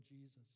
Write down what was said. Jesus